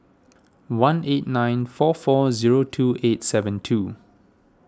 one eight nine four four zero two eight seven two